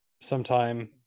sometime